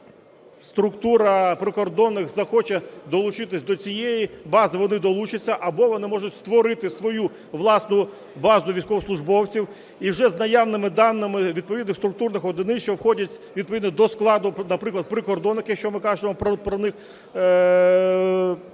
якась структура, прикордонники, захоче долучитися до цієї бази, вони долучаться або вони можуть створити свою власну базу військовослужбовців і вже з наявними даними відповідних структурних одиниць, що входять відповідно до складу, наприклад, прикордонники, якщо ми кажемо про них,